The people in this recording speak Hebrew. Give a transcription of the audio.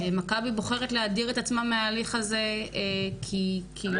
מכבי בוחרת להדיר את עצמה מהתהליך הזה כי --- זו